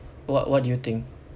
what what do you think